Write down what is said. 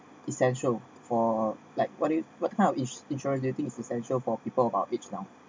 essential for like what do you what kind of ins~ insurance do you think is essential for people of our age now